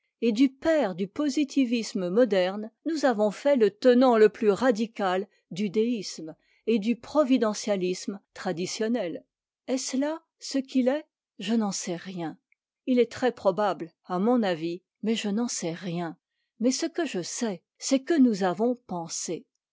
et du père du positivisme moderne nous avons fait le tenant le plus radical du déisme et du providentialisme traditionnel est-ce là ce qu'il est je n'en sais rien il est très probable à mon avis mais je n'en sais rien mais ce que je sais c'est que nous avons pensé